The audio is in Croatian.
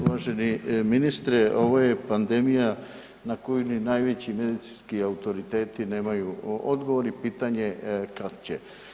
Uvaženi ministre, ovo je pandemija na koju ni najveći medicinski autoriteti nemaju odgovor i pitanje je kad će.